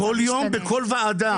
כל יום בכל וועדה.